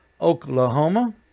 Oklahoma